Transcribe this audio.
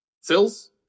Sills